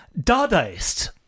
Dadaist